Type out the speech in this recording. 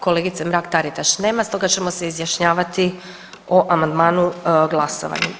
Kolegice Mrak-Taritaš nema, stoga ćemo se izjašnjavati o amandmanu glasovanjem.